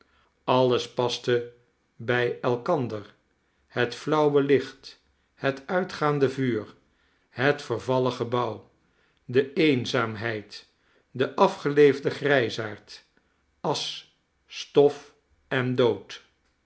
alles paste by elkander het flauwe licht het uitgaande vuur het vervallen gebouw de eenzaamheid de afgeleefde grijsaard asch stof en dood